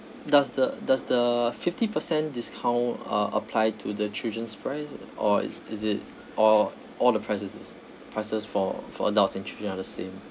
does the does the fifty percent discount uh apply to the children's price or it's is it or all the prices prices for for adults and children are the same